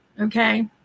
Okay